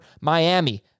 Miami